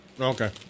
Okay